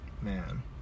Man